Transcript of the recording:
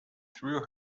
threw